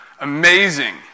amazing